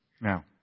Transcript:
Now